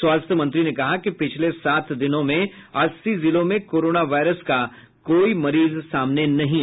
स्वास्थ्य मंत्री ने कहा कि पिछले सात दिन में अस्सी जिलों में कोरोना वायरस का कोई मरीज सामने नहीं आया है